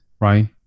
right